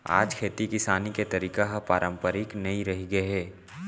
आज खेती किसानी के तरीका ह पारंपरिक नइ रहिगे हे